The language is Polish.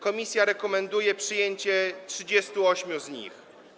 Komisja rekomenduje przyjęcie 38 z nich.